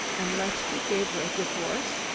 unless he gave her a divorce,